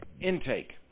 intake